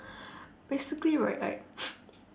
basically right I